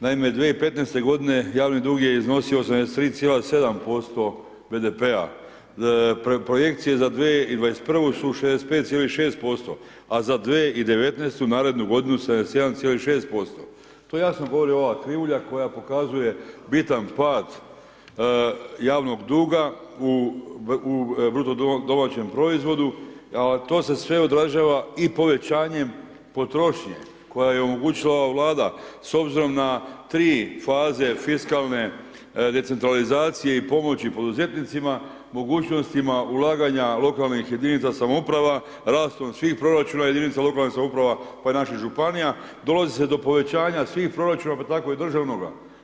Naime, 2015. godine javni dug je iznosio 83,7% BDP-a, projekcije za 2021. su 65,6%, a za 2019., narednu godinu 71,6%, to jasno govori ova krivulja koja pokazuje bitan pad javnog duga u bruto domaćem proizvodu, a to se sve odražava i povećanjem potrošnje koja je omogućila ova Vlada s obzirom na 3 faze fiskalne decentralizacije i pomoći poduzetnicima, mogućnostima ulaganja lokalnih jedinica samouprava, rastom svih proračuna jedinica lokalnih samouprava, pa i naših Županija, dolazi se do povećanja svih proračuna pa tako i državnoga.